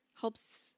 helps